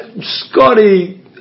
Scotty